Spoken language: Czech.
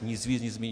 Nic víc, nic míň.